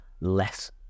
less